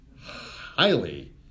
highly